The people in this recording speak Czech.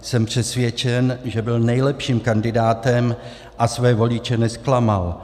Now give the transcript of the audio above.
Jsem přesvědčen, že byl nejlepším kandidátem a své voliče nezklamal.